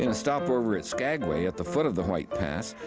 and stopover at skagway at the foot of the white pass.